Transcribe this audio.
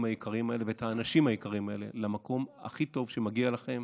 היקרים האלה ואת האנשים היקרים האלה למקום הכי טוב שמגיע לכם,